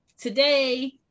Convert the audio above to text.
today